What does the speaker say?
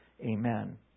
Amen